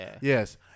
Yes